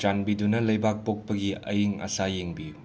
ꯆꯥꯟꯕꯤꯗꯨꯅ ꯂꯩꯕꯥꯛ ꯄꯣꯛꯄꯒꯤ ꯑꯌꯤꯡ ꯑꯁꯥ ꯌꯦꯡꯕꯤꯌꯨ